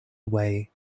away